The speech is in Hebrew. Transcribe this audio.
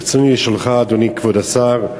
ברצוני לשאלך, אדוני כבוד השר: